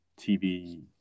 TV